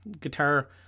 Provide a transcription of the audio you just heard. guitar